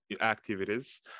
activities